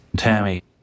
Tammy